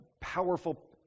powerful